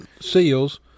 seals